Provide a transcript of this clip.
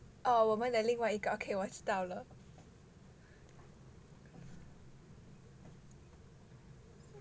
哦我们的另外一个 k 我知道了